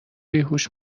بیهوش